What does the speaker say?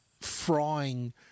frying